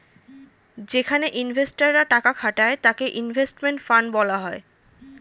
যেখানে ইনভেস্টর রা টাকা খাটায় তাকে ইনভেস্টমেন্ট ফান্ড বলা হয়